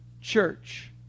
church